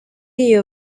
iyo